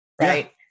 right